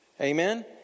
Amen